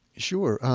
sure,